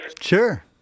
Sure